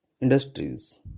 industries